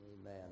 Amen